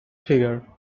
figure